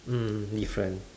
mm different